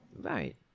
right